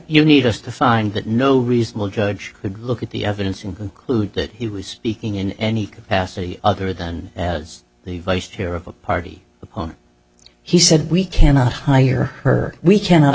you need us to find that no reasonable judge could look at the evidence and conclude that he was speaking in any capacity other than as the vice chair of a party opponent he said we cannot hire her we cannot